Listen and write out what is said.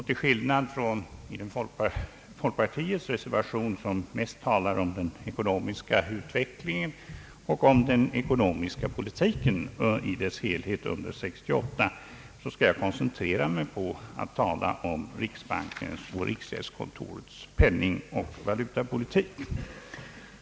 Till skillnad från folkpartiets reservation, som till största delen berör den ekonomiska utvecklingen och den ekonomiska politiken i dess helhet under 1968, skall jag koncentrera mig på att tala om riksbankens och riksgäldskontorets penningoch valutapolitik.